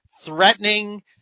threatening